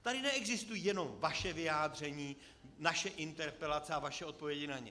Tady neexistují jenom vaše vyjádření, naše interpelace a vaše odpovědi na ně.